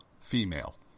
female